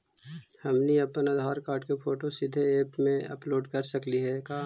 हमनी अप्पन आधार कार्ड के फोटो सीधे ऐप में अपलोड कर सकली हे का?